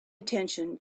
attention